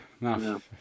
no